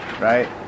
right